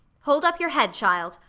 hold up your head, child!